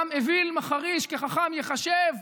"גם אויל מחריש חכם יחשב"